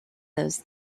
those